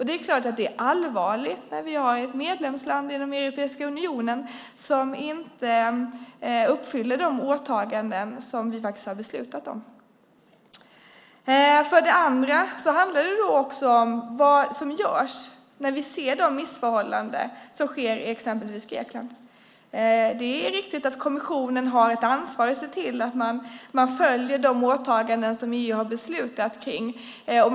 Det är klart att det är allvarligt när vi har ett medlemsland inom Europeiska unionen som inte uppfyller de åtaganden som vi har beslutat om. För det andra handlar det om vad som görs när vi ser de missförhållanden som sker i exempelvis Grekland. Det är riktigt att kommissionen har ett ansvar att se till att man följer de åtaganden som EU har beslutat om.